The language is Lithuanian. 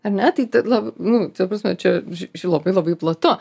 ar ne taip la nu ta prasme čia ži ži labai labai plotu